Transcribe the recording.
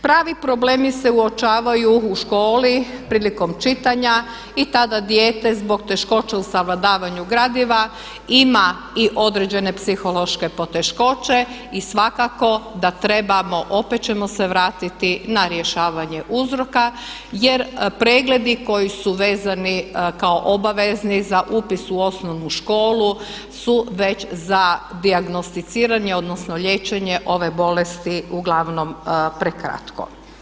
Pravi problemi se uočavaju u školi prilikom čitanja i tada dijete zbog teškoća u savladavanju gradiva ima i određene psihološke poteškoće i svakako da trebamo opet ćemo se vratiti na rješavanje uzroka jer pregledi koji su vezani kao obvezni za upis u osnovnu školu su već za dijagnosticiranje odnosno liječenje ove bolesti uglavnom prekratko.